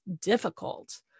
difficult